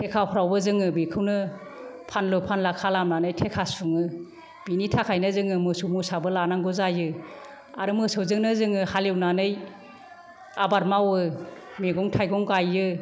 थेखाफ्रावबो जोङो बेखौनो फानलु फानला खालामनानै थेखा सुङो बेनि थाखायनो जोङो मोसौ मोसाबो लानांगौ जायो आरो मोसौजोंनो जोङो हालेवनानै आबाद मावो मैगं थाइगं गाइयो